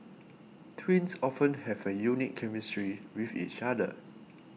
twins often have a unique chemistry with each other